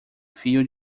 fio